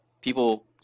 People